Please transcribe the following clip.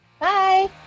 Bye